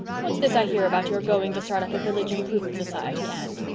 what's this i hear about your going to start up a village improvement society, anne?